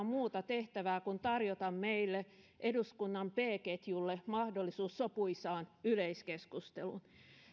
muuta tehtävää kuin tarjota meille eduskunnan b ketjulle mahdollisuus sopuisaan yleiskeskusteluun